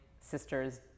sisters